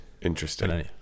interesting